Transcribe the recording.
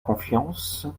confiance